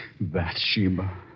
Bathsheba